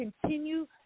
continue